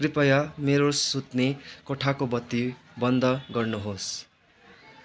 कृपया मेरो सुत्ने कोठाको बत्ती बन्द गर्नु होस्